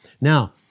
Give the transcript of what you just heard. now